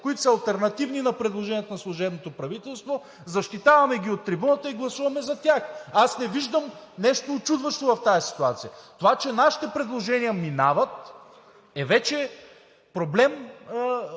които са алтернативни на предложението на служебното правителство, защитаваме ги от трибуната и гласуваме за тях. Аз не виждам нещо учудващо в тази ситуация? Това, че нашите предложения минават, е вече проблем